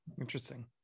interesting